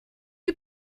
you